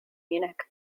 munich